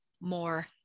more